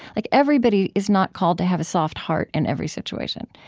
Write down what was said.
like everybody is not called to have a soft heart in every situation.